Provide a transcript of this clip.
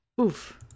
Oof